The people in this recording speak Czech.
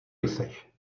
jseš